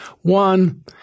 One